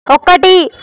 ఒకటి